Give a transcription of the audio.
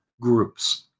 groups